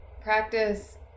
practice